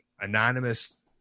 anonymous